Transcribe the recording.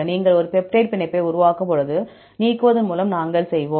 நீங்கள் ஒரு பெப்டைட் பிணைப்பை உருவாக்கும்போது நீக்குவதன் மூலம் நாங்கள் செய்வோம்